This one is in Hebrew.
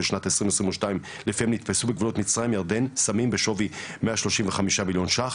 שנת לפיהן 2022 נתפסו בגבולות ירדן סמים בשווי 135 מיליון ש"ח,